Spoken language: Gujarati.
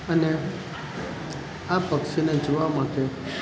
અને આ પક્ષીને જોવા માટે